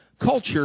Culture